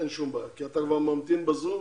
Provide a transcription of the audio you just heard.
אין שום בעיה, כי אתה כבר ממתין בזום